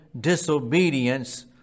disobedience